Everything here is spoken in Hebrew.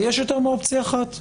ויש יותר מאופציה אחת.